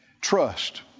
trust